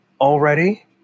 already